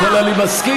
קודם כול, אני מסכים.